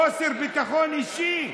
חוסר ביטחון אישי.